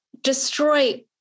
destroy